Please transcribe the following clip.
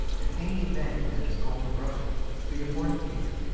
if any man that is called a brother be a fornicator,